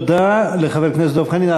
תודה לחבר הכנסת דב חנין.